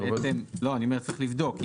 צריך לבדוק.